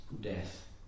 death